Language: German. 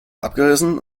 abgerissen